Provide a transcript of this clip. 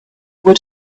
would